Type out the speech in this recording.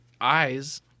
eyes